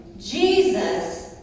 Jesus